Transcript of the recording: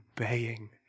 obeying